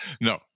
No